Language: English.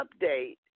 update